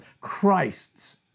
Christ's